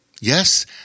Yes